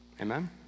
Amen